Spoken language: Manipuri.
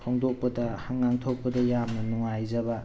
ꯐꯣꯡꯗꯣꯛꯄꯗ ꯉꯥꯡꯊꯣꯛꯄꯗ ꯌꯥꯝꯅ ꯅꯨꯡꯉꯥꯏꯖꯕ